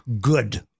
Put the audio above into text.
Good